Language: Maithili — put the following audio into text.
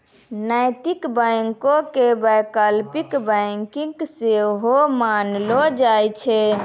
नैतिक बैंको के वैकल्पिक बैंकिंग सेहो मानलो जाय छै